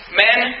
men